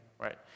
right